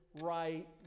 right